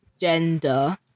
gender